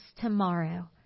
tomorrow